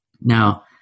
Now